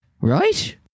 right